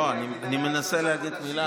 לא, אני מנסה להגיד מילה.